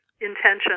intention